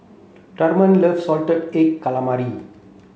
Truman loves salted egg calamari